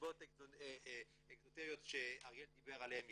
מסיבות אקזוטריות שאריאל דיבר עליהן קודם,